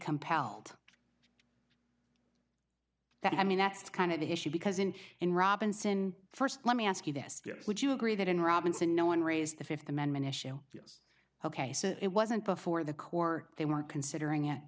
compelled that i mean that's kind of the issue because in in robinson first let me ask you this would you agree that in robinson no one raised the fifth amendment issue yes ok so it wasn't before the core they were considering it